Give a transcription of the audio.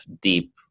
deep